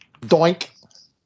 Doink